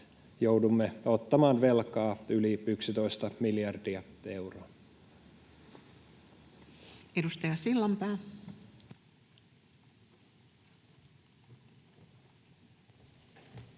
joudumme ottamaan velkaa yli 11 miljardia euroa. [Speech